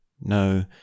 no